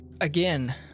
Again